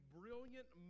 brilliant